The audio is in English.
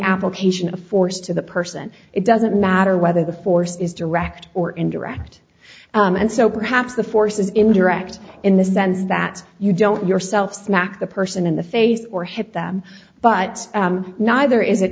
application of force to the person it doesn't matter whether the force is direct or indirect and so perhaps the force is indirect in this then that you don't yourself smack the person in the face or hit them but neither is it